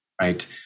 right